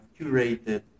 curated